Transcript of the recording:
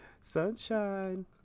Sunshine